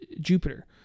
Jupiter